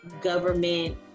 government